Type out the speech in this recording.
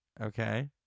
Okay